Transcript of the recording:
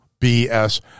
BS